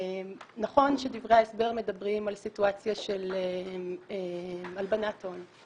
נכון שדברי ההסבר מדברים על סיטואציה של הלבנת הון,